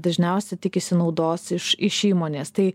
dažniausiai tikisi naudos iš iš įmonės tai